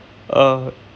uh